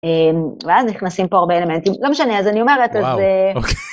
ואז נכנסים פה הרבה אלמנטים, לא משנה, אז אני אומרת אז... וואו אוקיי